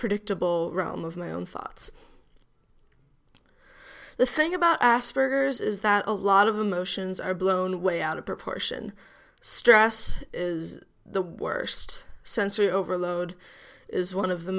predictable realm of my own thoughts the thing about asperger's is that a lot of emotions are blown way out of proportion stress is the worst sensory overload is one of the